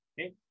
okay